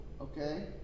okay